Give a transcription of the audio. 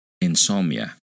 insomnia